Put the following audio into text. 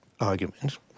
argument